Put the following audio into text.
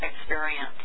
experience